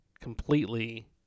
completely